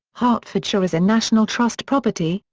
hertfordshire is a national trust property,